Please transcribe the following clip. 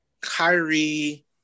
Kyrie